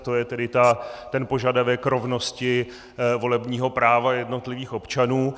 To je tedy ten požadavek rovnosti volebního práva jednotlivých občanů.